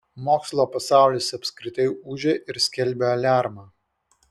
mokslo pasaulis apskritai ūžia ir skelbia aliarmą